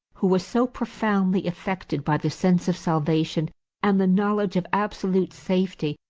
who was so profoundly affected by the sense of salvation and the knowledge of absolute safety,